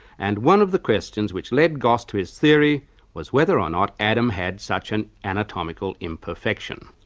and one of the questions which led gosse to his theory was whether or not adam had such an anatomical imperfection.